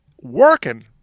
working